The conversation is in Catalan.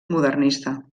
modernista